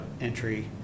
entry